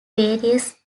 various